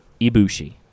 Ibushi